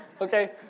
okay